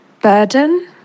burden